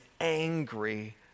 angry